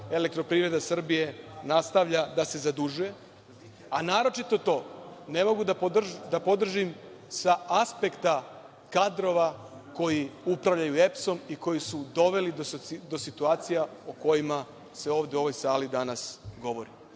„Elektroprivreda Srbije“ nastavlja da se zadužuje, a naročito to ne mogu da podržim sa aspekta kadrova koji upravljaju EPS-om i koji su doveli do situacija o kojima se ovde u ovoj sali danas govori. Dakle,